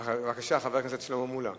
בבקשה, חבר הכנסת שלמה מולה.